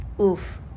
oof